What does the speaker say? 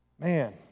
Man